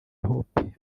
hope